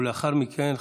ולאחר מכן,